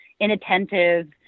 inattentive